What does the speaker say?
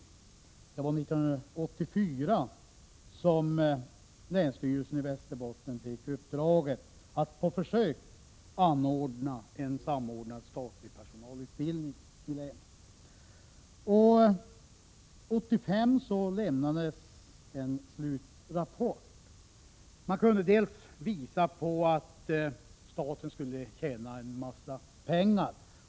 År 1984 fick länsstyrelsen i Västerbotten i uppdrag att på försök organisera en samordnad statlig personalutbildning i länet. År 1985 lämnades en slutrapport. Man kunde påvisa att staten skulle tjäna mycket pengar.